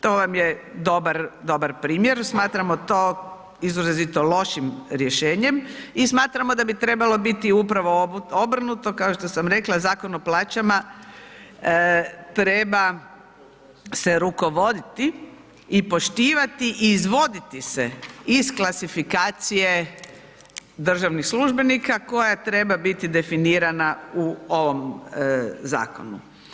To vam je dobar, dobar primjer, smatramo to izrazito lošim rješenjem i smatramo da bi trebalo biti upravo obrnuto kao što sam rekla Zakon o plaćama treba se rukovoditi i poštivati i izvoditi se iz klasifikacije državnih službenika koja treba biti definirana u ovom zakonu.